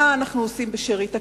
מה אנחנו עושים בשארית הכסף?